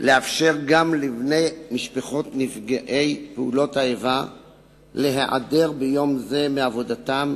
מבקשת לאפשר גם לבני משפחות נפגעי פעולות האיבה להיעדר ביום זה מעבודתם,